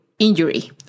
Injury